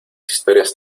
historias